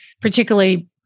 particularly